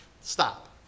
stop